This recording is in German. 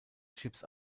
chips